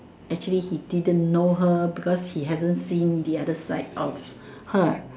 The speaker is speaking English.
actually he didn't know her because he hasn't seen the other side of her